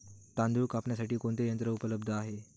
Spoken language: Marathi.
तांदूळ कापण्यासाठी कोणते यंत्र उपलब्ध आहे?